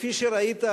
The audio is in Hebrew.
וכפי שראית,